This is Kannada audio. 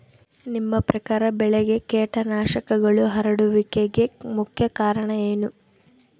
ನಿಮ್ಮ ಪ್ರಕಾರ ಬೆಳೆಗೆ ಕೇಟನಾಶಕಗಳು ಹರಡುವಿಕೆಗೆ ಮುಖ್ಯ ಕಾರಣ ಏನು?